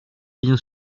bien